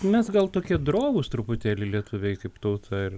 mes gal tokie drovūs truputėlį lietuviai kaip tauta ir